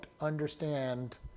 understand